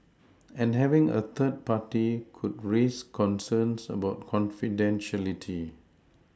and having a third party could raise concerns about confidentiality